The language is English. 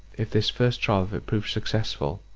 if this first trial of it prove successful.